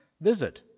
visit